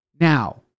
Now